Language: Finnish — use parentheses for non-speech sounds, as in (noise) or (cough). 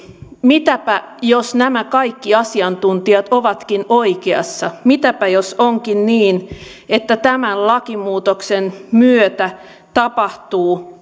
mitäpä jos nämä kaikki asiantuntijat ovatkin oikeassa mitäpä jos onkin niin että tämän lakimuutoksen myötä tapahtuu (unintelligible)